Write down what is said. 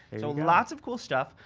so lots of cool stuff.